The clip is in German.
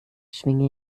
schwinge